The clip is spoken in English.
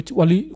wali